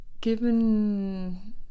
given